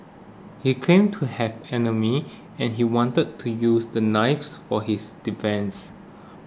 he claimed to have enemies and he wanted to use the knives for his defence